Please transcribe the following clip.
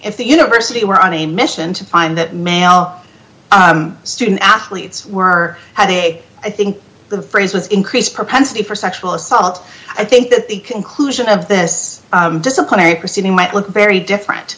if the university were on a mission to find that male student athletes were had a i think the phrase was increased propensity for sexual assault i think that the conclusion of this disciplinary proceeding might look very different